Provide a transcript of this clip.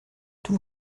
tout